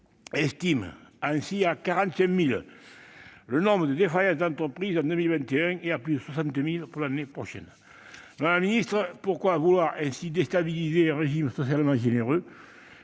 estiment ainsi à 45 000 le nombre de défaillances d'entreprises en 2021 et à plus de 60 000 leur nombre pour l'année prochaine. Madame la ministre, pourquoi vouloir ainsi déstabiliser un régime socialement généreux ?